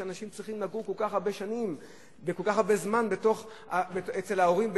שאנשים צריכים לגור כל כך הרבה שנים וכל כך הרבה זמן אצל ההורים,